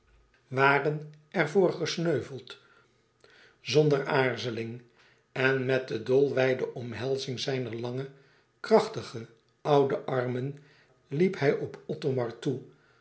waren er voor gesneuveld zonder aarzeling en met de dolwijde omhelzing zijner lange krachtige oude armen liep hij op othomar toe